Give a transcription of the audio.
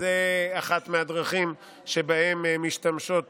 שזאת אחת הדרכים שבהן משתמשות